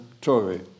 Tory